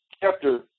chapter